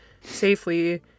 safely